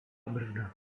brzda